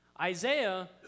Isaiah